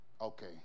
Okay